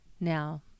Now